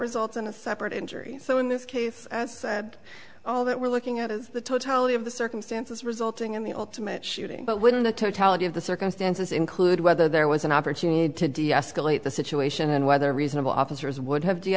results in a separate injury so in this case all that we're looking at is the totality of the circumstances resulting in the ultimate shooting but wouldn't a totality of the circumstances include whether there was an opportunity to deescalate the situation and whether reasonable officers would have d